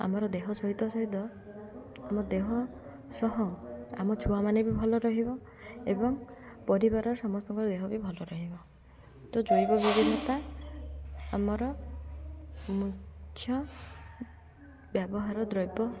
ଆମର ଦେହ ସହିତ ସହିତ ଆମ ଦେହ ସହ ଆମ ଛୁଆମାନେ ବି ଭଲ ରହିବ ଏବଂ ପରିବାରର ସମସ୍ତଙ୍କର ଦେହ ବି ଭଲ ରହିବ ତ ଜୈବ ବିବିଧତା ଆମର ମୁଖ୍ୟ ବ୍ୟବହାର ଦ୍ରବ୍ୟ